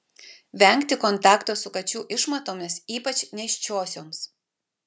vengti kontakto su kačių išmatomis ypač nėščiosioms